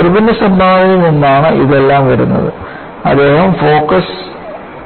ഇർവിന്റെ സംഭാവനയിൽ നിന്നാണ് എല്ലാം വരുന്നതു അദ്ദേഹം ഫോക്കസ്